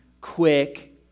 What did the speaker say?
quick